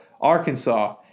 Arkansas